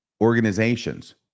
organizations